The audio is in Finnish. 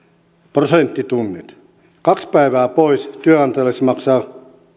prosenttitunnit kaksi päivää pois työnantajalle se maksaa